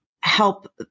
help